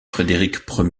frédéric